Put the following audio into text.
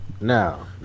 Now